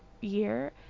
year